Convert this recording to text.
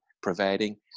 providing